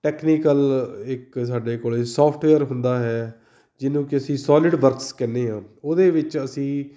technical ਇੱਕ ਸਾਡੇ ਕੋਲ ਸੋਫਟਵੇਅਰ ਹੁੰਦਾ ਹੈ ਜਿਹਨੂੰ ਕਿ ਅਸੀਂ ਸੋਲਿਡਵਰਕਸ ਕਹਿੰਦੇ ਹਾਂ ਉਹਦੇ ਵਿੱਚ ਅਸੀਂ